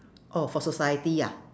oh for society ah